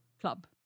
Club